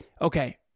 Okay